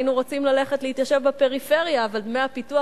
היינו רוצים ללכת להתיישב בפריפריה אבל דמי הפיתוח